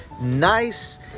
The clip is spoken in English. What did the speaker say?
nice